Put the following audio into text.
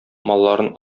малларын